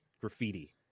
graffiti